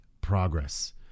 progress